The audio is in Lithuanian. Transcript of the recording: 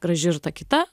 graži ir ta kita